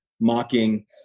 mocking